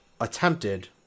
attempted